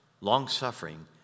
long-suffering